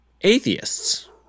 atheists